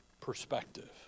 perspective